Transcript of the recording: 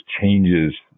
changes